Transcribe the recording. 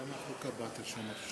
יש לך שנה לדבר ככה, כך אומרים.